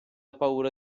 paura